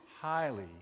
highly